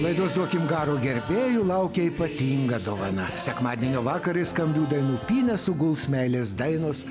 laidos duokim garo gerbėjų laukia ypatinga dovana sekmadienio vakarą į skambių dainų pynę suguls meilės dainos